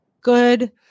Good